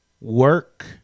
work